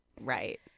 right